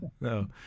No